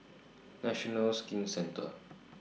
National Skin Centre